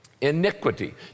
Iniquity